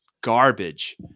garbage